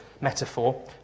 metaphor